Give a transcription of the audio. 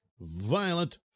violent